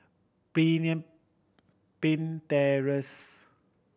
Pemimpin Terrace